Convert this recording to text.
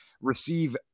receive